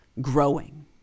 growing